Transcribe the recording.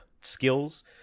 skills